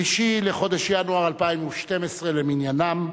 3 בחודש ינואר 2012 למניינם.